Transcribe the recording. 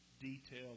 detail